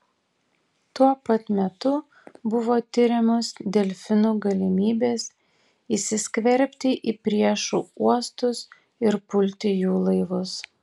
tuo pat metu buvo tiriamos delfinų galimybės įsiskverbti į priešų uostus ir pulti jų laivus